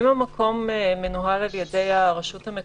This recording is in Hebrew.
אם המקום מנוהל על ידי הרשות המקומית,